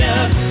up